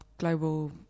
global